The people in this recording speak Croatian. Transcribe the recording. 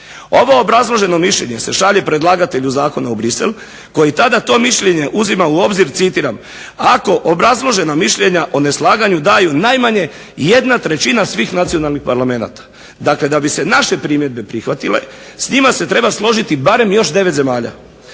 Ovo obrazloženo mišljenje se šalje predlagatelju zakona u Bruxelles koji to mišljenje uzima u obzir citiram: "ako obrazložena mišljenja o neslaganju daju najmanje 1/3 svih nacionalnih parlamenata". Dakle, da bi se naše primjedbe prihvatile s njima se treba složiti barem još 9 zemalja,